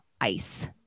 ice